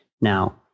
Now